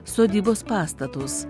sodybos pastatus